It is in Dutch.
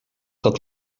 dat